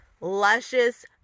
luscious